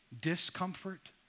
discomfort